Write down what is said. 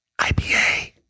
IPA